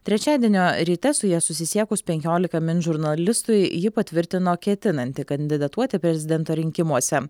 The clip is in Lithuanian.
trečiadienio ryte su ja susisiekus penkiolika min žurnalistui ji patvirtino ketinanti kandidatuoti prezidento rinkimuose